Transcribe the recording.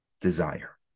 desire